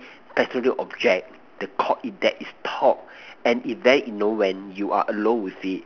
absolute object that Call it that is talk and if very in no when you are alone with it